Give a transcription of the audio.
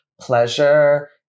pleasure